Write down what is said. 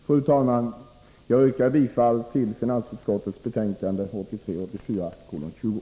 Fru talman! Jag yrkar bifall till finansutskottets hemställan i betänkande 1983/84:20.